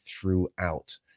throughout